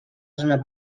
zona